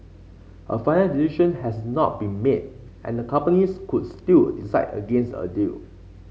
a final decision has not been made and the companies could still decide against a deal